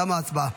תמה ההצבעה.